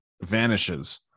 vanishes